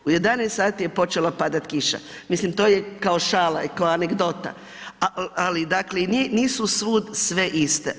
U 11 sati je počela padati kiša, mislim to je kao šala i kao anegdota, ali dakle i nisu svud sve iste.